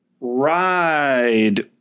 Ride